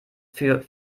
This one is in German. für